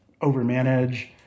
overmanage